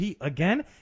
again